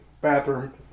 bathroom